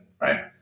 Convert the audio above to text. right